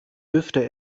dürfte